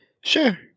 Sure